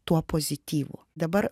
tuo pozityvu dabar